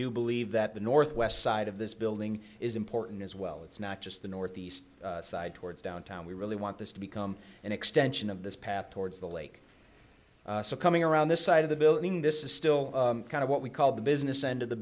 do believe that the northwest side of this building is important as well it's not just the northeast side towards downtown we really want this to become an extension of this path towards the lake so coming around this side of the building this is still kind of what we call the business end of the